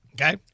Okay